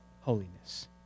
holiness